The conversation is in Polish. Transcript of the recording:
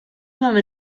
mamy